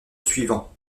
suivant